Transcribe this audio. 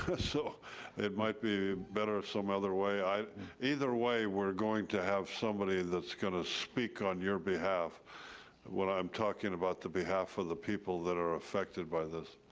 so it might be better if some other way. either way, we're going to have somebody that's gonna speak on your behalf when i'm talking about the behalf of the people that are affected by this.